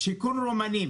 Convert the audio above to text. שיכון רומנים